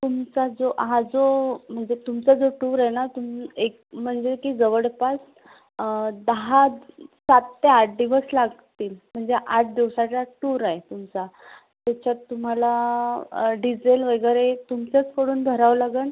तुमचा जो हा जो म्हणजे तुमचा जो टूर आहे ना तुम एक म्हणजे की जवळपास दहा सात ते आठ दिवस लागतील म्हणजे आठ दिवसाचा टूर आहे तुमचा त्याच्यात तुम्हाला डिजेल वगैरे तुमच्याचकडून भरावं लागेल